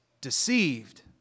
deceived